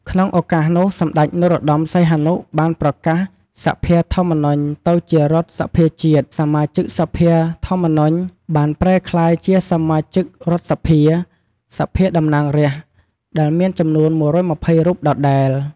ក្នុងឱកាសនោះសម្តេច នរោត្តម សីហនុ បានប្រកាសសភាធម្មនុញ្ញទៅជារដ្ឋសភាជាតិ សមាជិកសភាធម្មនុញ្ញ បានប្រែក្លាយជាសមាជិករដ្ឋសភា «សភាតំណាងរាស្ត្រ» ដែលមានចំនួន ១២០ រូបដដែល។